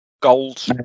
Gold